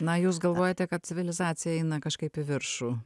na jūs galvojate kad civilizacija eina kažkaip į viršų